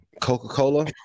Coca-Cola